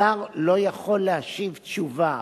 שר לא יכול להשיב תשובה